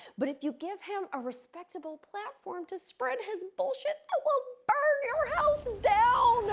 but if you give him a respectable platform to spread his bullshit, i will burn your house down.